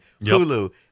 Hulu